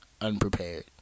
unprepared